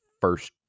first